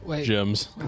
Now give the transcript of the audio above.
Gems